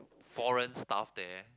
foreign staff there